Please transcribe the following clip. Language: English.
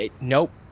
Nope